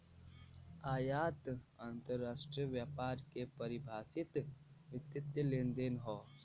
आयात अंतरराष्ट्रीय व्यापार के परिभाषित वित्तीय लेनदेन हौ